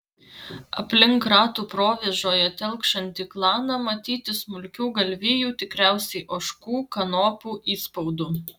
aplink ratų provėžoje telkšantį klaną matyti smulkių galvijų tikriausiai ožkų kanopų įspaudų